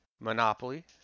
Monopoly